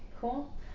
cool